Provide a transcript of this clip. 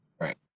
Right